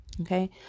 Okay